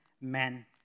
men